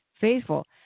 faithful